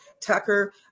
Tucker